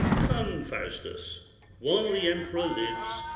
come, faustus while the emperor lives,